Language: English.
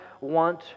want